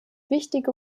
wichtige